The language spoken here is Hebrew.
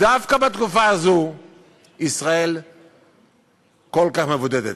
דווקא בתקופה הזו ישראל כל כך מבודדת.